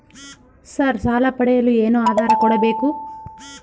Sir ಸಾಲ ಪಡೆಯಲು ಏನು ಆಧಾರ ಕೋಡಬೇಕು?